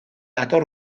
hator